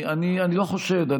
אני לא חושד.